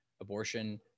abortion